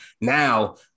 Now